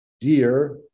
deer